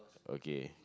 okay